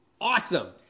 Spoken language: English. awesome